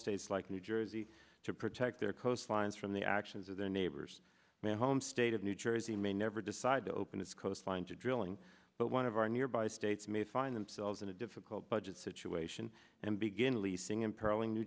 states like new jersey to protect their coastlines from the actions of their neighbors my home state of new jersey may never decide to open its coastline to drilling but one of our nearby states may find themselves in a difficult budget situation and begin leasing